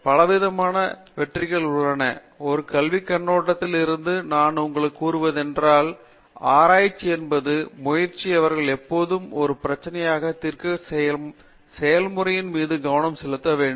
பலவிதமான வெற்றிகள் உள்ளன ஒரு கல்விக் கண்ணோட்டத்தில் இருந்து நான் உங்களுக்கு கூறுவது என்னவென்றால் ஆராய்ச்சி என்பது முயற்சி அவர்கள் எப்போதுமே ஒரு பிரச்சனையைத் தீர்க்க முயற்சிக்கும் செயல்முறையின் மீது கவனம் செலுத்த வேண்டும்